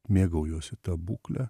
mėgaujuosi ta būkle